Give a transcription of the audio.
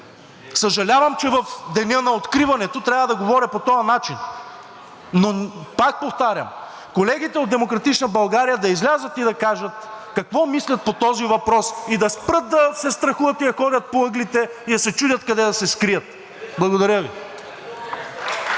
Съжалявам, че в деня на откриването трябва да говоря по този начин. Пак повтарям, колегите от „Демократична България“ да излязат и да кажат какво мислят по този въпрос и да спрат да се страхуват и да ходят по ъглите и да се чудят къде да се скрият. Благодаря Ви.